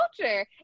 culture